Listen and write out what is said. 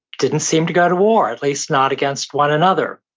didn't seem to go to war. at least not against one another.